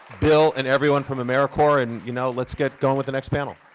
bill, and everyone from americorps. and, you know, let's get going with the next panel.